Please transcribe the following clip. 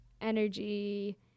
energy